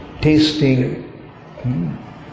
tasting